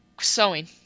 sewing